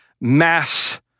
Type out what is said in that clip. mass